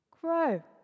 grow